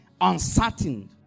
uncertain